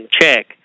check